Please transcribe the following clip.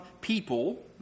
people